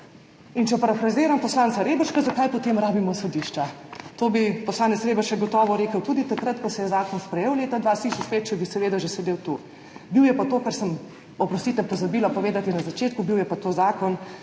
In če parafraziram poslanca Reberška, zakaj potem rabimo sodišča. To bi poslanec Reberšek gotovo rekel tudi takrat, ko se je zakon sprejel, leta 2005, če bi seveda že sedel tu. Bil je pa to, kar sem, oprostite, pozabila povedati na začetku, zakon,